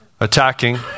attacking